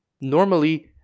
Normally